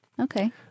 Okay